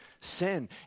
sin